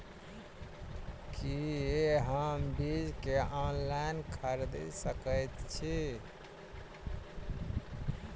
की हम बीज केँ ऑनलाइन खरीदै सकैत छी?